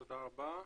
תודה רבה.